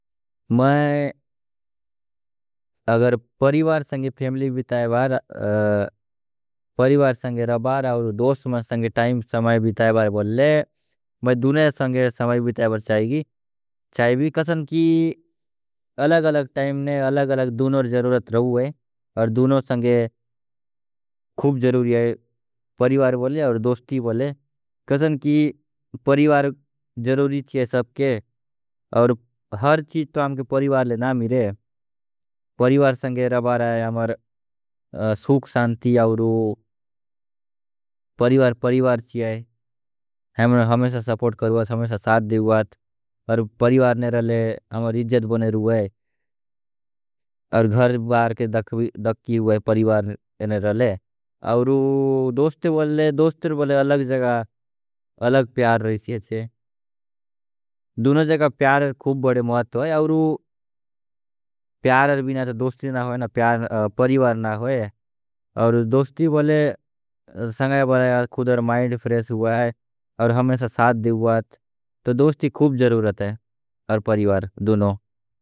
നന്ഗു അന്ജി ബേഗ ബേഗ decision ദിഥനേര ഇത്ഥ। ന്ദ ഐതു ഇന്ഛിന കേസുദു intuition ന മസ്തു ഹേല്പ്। കോര്പുന് നന്ഗു ഓദിഛദി ന ജസ്തി അനല്യ്ജേ മല്ഥുമ്। കുല്ലിഅദ ബേഗ ദേചിസിഓന് ദിഥനേര അപുജി ഏക്। ഇന്തുഇതിഓന് ന മസ്തു ഇമ്പോര്തന്ത് രോലേ ന്ദു ഇത്തു ഭോക്കു। അന്ജി ബന്ദ പത്തേര്ന് നന്ഗു ഗോഥ വര പത്തേര്ന് നന്ഗു। ബോദ വദ ന്ദ ഇന്തുഇതിഓന് ന മസ്തു മല്ല രോലേ ന്ദു। ഓവ്ല ഹേഇഘ്ത് അവദ ഓവ്ല ഫിഏല്ദ് അവദ ഓവ്ല ഇന്ഫോര്മതിഓന്। ചോമ്പ്ലേക്സ് ഉപദു നന്ഗു വര പത്തേര്ന് മേഅനിന്ഗ് ഗോഥ വദ। ഇത്ഥ ന്ദ, നന്ഗു ദേചിസിഓന് ബേഗ ദിഥനരി നന്ദു। പത്തേര്ന് നേന്സ ഗോഥ വേന ഓവ്ല ഇന്തുഇതിഓന് ഇത്ഥ ന്ദനി। മത്ര ഭോക്ക ഇന്തുഇതിഓന് വൈക് ഹേല്പ് അപുന്പന്ദ ഏമോതിഓനല്। ഇന്തേല്ലിഗേന്ചേ മസ്തു ഏദ്ദ ഓവ്ല നമ ദേവേലോപ് മല്പുന്ദു। ജനകല് ന ഏമോതിഓന്സ് അവദ ബേഥേ ഓവ്ല പേര്സോനല്। പ്രോഫേസ്സിഓനല് രേലതിഓന്ശിപ് അവദ ഐതു മസ്തു ഇമ്പ്രോവേ। മല്പുന്ദു ഭോക്കു അന്ജി ഹേല്പ് പന്ദ ഇന്തുഇതിഓന് വൈക് അപുന്ദു। ച്രേഅതിവിത്യ് ബോക്ക ഇന്നോവതിഓന് മല്പര നമ ച്രേഅതിവിത്യ്। ഏദ്ദ അപുന്ദു ഇന്നോവതിഓന് ല ഏദ്ദ മല്പുഅ ഇന്തുഇതിഓന്। അന്ജി ശര്പ് ഇത്ഥ ന്ദ അന്ജി ഏദ്ദ ഇത്ഥ ന്ദ।